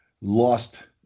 lost